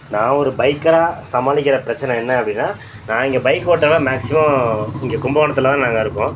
நான் ஒரு பைக்கராக சமாளிக்கிற பிரச்சனை என்ன அப்படின்னா நான் இங்கே பைக் ஓட்டின்னா மேக்ஸிமம் இங்கே கும்பகோணத்தில் தான் நாங்கள் இருக்கோம்